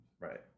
Right